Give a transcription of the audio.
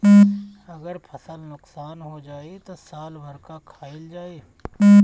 अगर फसल नुकसान हो जाई त साल भर का खाईल जाई